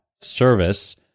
service